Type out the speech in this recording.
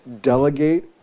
delegate